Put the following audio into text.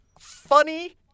funny